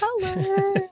color